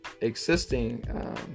existing